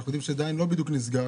אנחנו יודעים שהוא לא בדיוק נסגר.